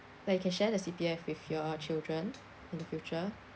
like you can share the C_P_F with your children in the future